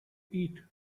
eat